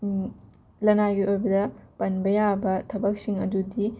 ꯂꯅꯥꯏꯒꯤ ꯑꯣꯏꯕꯗ ꯄꯟꯕ ꯌꯥꯕ ꯊꯕꯛꯁꯤꯡ ꯑꯗꯨꯗꯤ